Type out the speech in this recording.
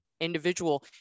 individual